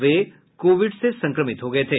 वे COVID से संक्रमित हो गये थे